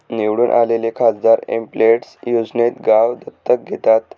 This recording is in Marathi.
निवडून आलेले खासदार एमपिलेड्स योजनेत गाव दत्तक घेतात